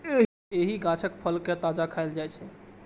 एहि गाछक फल कें ताजा खाएल जाइ छै